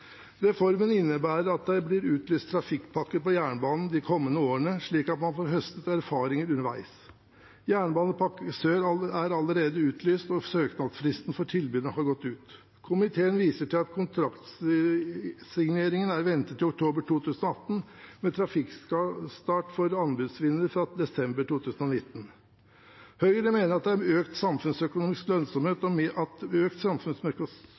Reformen innebærer at det blir utlyst trafikkpakker for jernbane de kommende årene, slik at man får høstet erfaringer underveis. Jernbanepakke Sør er allerede utlyst, og søknadsfristen for tilbydere har gått ut. Komiteen viser til at kontraktsigneringen er ventet i oktober 2018 med trafikkstart for anbudsvinner fra desember 2019. Høyre mener at for å få økt samfunnsøkonomisk lønnsomhet